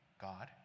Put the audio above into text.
God